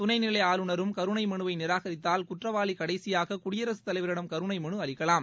துணை நிலை ஆளுநரும் கருணை மனுவை நிராகரித்தால் குற்றவாளி கடைசியாக குடியரசுத் தலைவரிடம் கருணை மனு அளிக்கலாம்